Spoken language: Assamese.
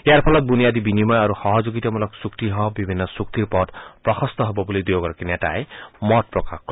ইয়াৰ ফলত বুনিয়াদী বিনিময় আৰু সহযোগিতামূলক চুক্তিসহ বিভিন্ন চুক্তিৰ পথ প্ৰশস্ত হ'ব বুলি দুয়োগৰাকী নেতাই মত প্ৰকাশ কৰে